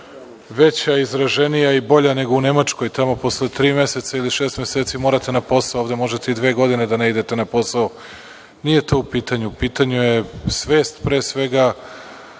veća, izraženija i bolja nego u Nemačkoj. Tamo posle tri meseca ili šest meseci morate na posao, ovde možete i dve godine da ne idete na posao. Nije to u pitanju, u pitanju je svest pre svega,